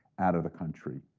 out of the country.